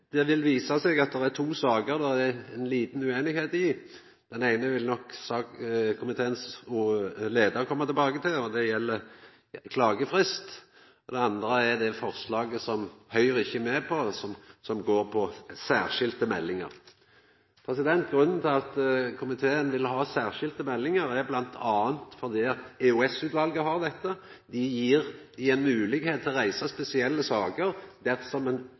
Det vil visa seg at det er to saker der det er ei lita ueinigheit. Den eine vil nok komitéleiaren koma tilbake til, og det gjeld klagefrist. Det andre er det forslaget som Høgre ikkje er med på, og som går på særskilde meldingar. Grunnen til at komiteen vil ha særskilde meldingar, er bl.a. at EOS-utvalet har dette. Det gjev ei moglegheit for å reisa spesielle saker dersom ein